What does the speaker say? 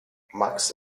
max